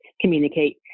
communicate